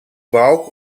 balk